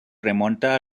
remonta